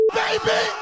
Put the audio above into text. baby